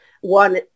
One